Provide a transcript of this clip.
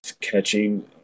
catching